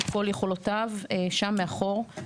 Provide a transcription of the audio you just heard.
את כל יכולותיו שם מאחור.